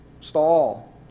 stall